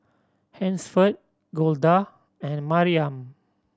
Hansford Golda and Mariam